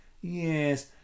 yes